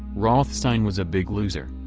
rothstein was a big loser.